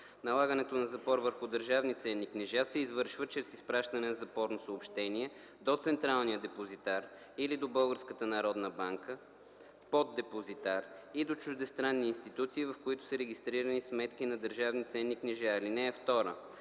Налагането на запор върху държавни ценни книжа се извършва чрез изпращане на запорно съобщение до Централния депозитар или до Българската народна банка – поддепозитар, и до чуждестранни институции, в които са регистрирани сметки на държавни ценни книжа. (2) Запорът